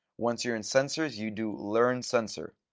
once you're in sensors, you do learn sensor.